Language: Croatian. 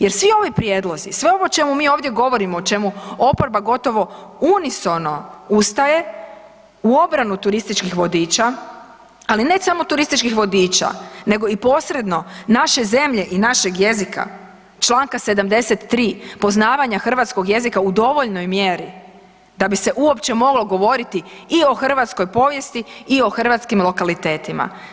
Jer svi ovi prijedlozi, sve ovo o čemu mi ovdje govorimo, o čemu oporba gotovo unisono ustaje u obranu turističkih vodiča, ali ne samo turističkih vodiča, nego i posredno naše zemlje i našeg jezika, članka 73. poznavanja Hrvatskog jezika u dovoljnoj mjeri da bi se uopće moglo govoriti i o hrvatskoj povijesti i o hrvatskim lokalitetima.